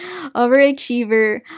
overachiever